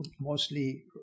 mostly